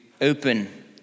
open